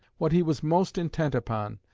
what he was most intent upon,